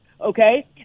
okay